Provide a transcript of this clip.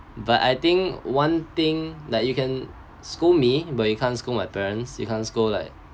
but I think one thing like you can scold me but you can't scold my parents you can't scold like